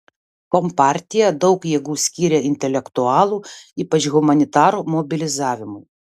kompartija daug jėgų skyrė intelektualų ypač humanitarų mobilizavimui